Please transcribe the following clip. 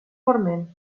forment